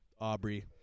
Aubrey